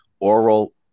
Oral